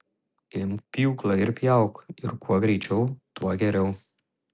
imk pjūklą ir pjauk ir kuo greičiau tuo geriau